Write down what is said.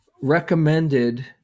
recommended